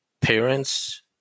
parents